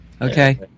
Okay